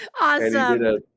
Awesome